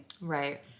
Right